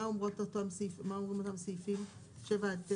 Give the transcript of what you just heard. מה אומרים אותם סעיפים 9-7?